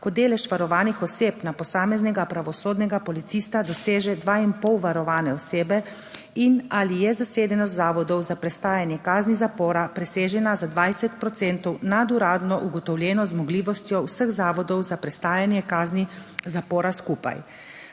ko delež varovanih oseb na posameznega pravosodnega policista doseže 2,5 varovane osebe in/ali je zasedenost zavodov za prestajanje kazni zapora presežena za 20 % nad uradno ugotovljeno zmogljivostjo vseh zavodov za prestajanje kazni zapora skupaj.